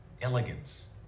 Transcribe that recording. elegance